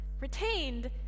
retained